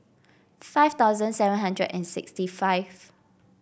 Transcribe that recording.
five thousand seven hundred and sixty five